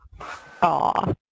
Aw